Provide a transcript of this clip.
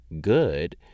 good